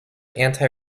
anti